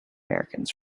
americans